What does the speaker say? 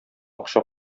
акча